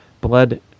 blood